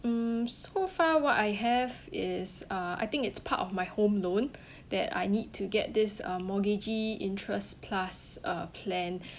mm so far what I have is uh I think it's part of my home loan that I need to get this um mortgagee interest plus uh plan